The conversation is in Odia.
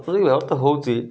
ବ୍ୟବସ୍ଥା ହେଉଛି